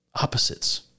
opposites